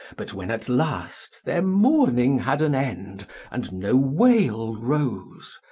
but when at last their mourning had an end and no wail rose,